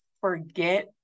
forget